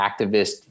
activist